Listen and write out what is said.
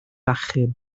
achub